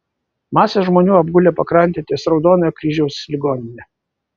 masės žmonių apgulę pakrantę ties raudonojo kryžiaus ligonine